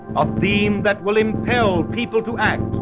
a theme that will impel people to act,